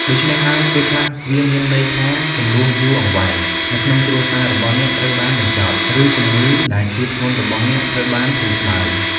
ដូច្នេះហើយពេលខ្លះវាមានន័យថា ជម្លោះយូរអង្វែងនៅក្នុងគ្រួសាររបស់អ្នកត្រូវបានបញ្ចប់ ឬជំងឺដែលឈឺធ្ងន់របស់អ្នកត្រូវបានធូរស្បើយ។